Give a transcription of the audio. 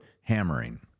hammering